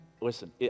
listen